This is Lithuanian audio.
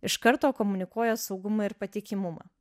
iš karto komunikuoja saugumą ir patikimumą